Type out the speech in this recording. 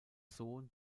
sohn